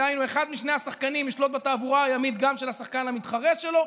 דהיינו אחד משני השחקנים ישלוט גם בתעבורה הימית של השחקן המתחרה שלו,